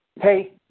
Hey